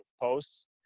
posts